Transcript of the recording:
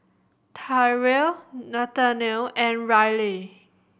Tyrel Nathaniel and Ryleigh